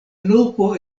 loko